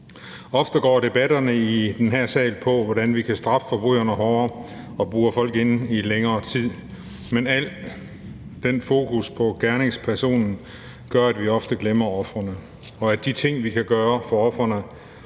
Ofte går debatterne i den her sal på, hvordan vi kan straffe forbryderne hårdere og bure folk inde i længere tid, men hele det fokus på gerningspersonen gør, at vi ofte glemmer ofrene. Og af de ting, vi kan gøre for ofrene,